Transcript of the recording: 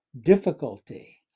difficulty